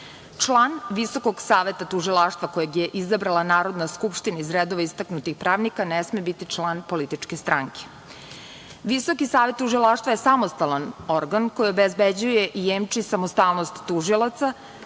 Visokog saveta tužilaštva kojeg je izabrala Narodna Skupština iz redova istaknutih pravnika, ne sme biti član političke stranke. Visoki savet tužilaštva je samostalan organ koji obezbeđuje i jemči samostalnost tužilaca,